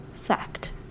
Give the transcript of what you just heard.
fact